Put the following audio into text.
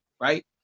right